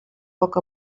poc